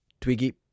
Twiggy